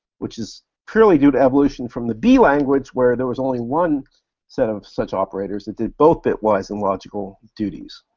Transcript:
which is purely due to evolution from the b language where there was only one set of such operators that did both bitwise and logical duties.